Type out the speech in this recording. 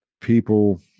people